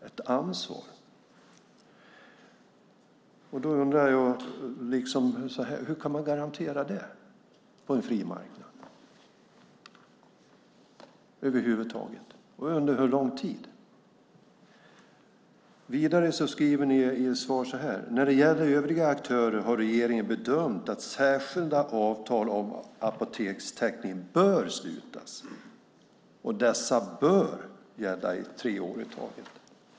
Jag undrar: Hur kan man över huvud taget garantera det på en fri marknad, och under hur lång tid gäller det? Vidare skriver ni i svaret: När det gäller övriga aktörer har regeringen bedömt att särskilda avtal om apotekstäckning bör slutas, och dessa bör gälla i tre år i taget.